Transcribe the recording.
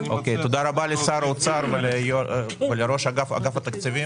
אני מציע --- תודה רבה לשר האוצר ולראש אגף התקציבים.